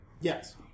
Yes